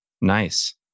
Nice